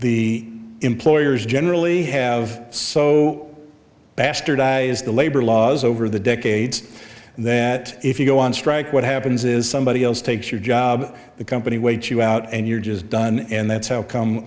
the employers generally have so bastardized the labor laws over the decades that if you go on strike what happens is somebody else takes your job the company waits you out and you're just done and that's how come